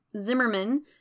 Zimmerman